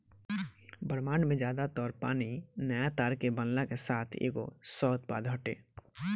ब्रह्माण्ड में ज्यादा तर पानी नया तारा के बनला के साथ के एगो सह उत्पाद हटे